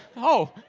oh!